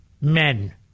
men